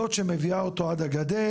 זאת שמביאה אותו עד הגדר,